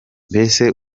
mbese